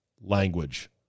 language